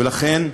ולכן,